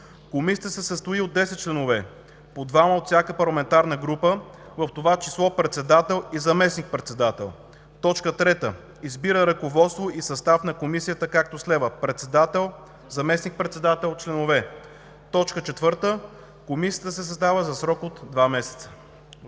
Комисията се състои от 10 членове – по двама от всяка парламентарна група, в това число председател и заместник-председател. 3. Избира ръководство и състав на Комисията, както следва: Председател: Заместник-председател: Членове: 4. Комисията се създава за срок от два месеца.“